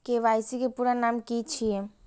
KYC के पूरा नाम की छिय?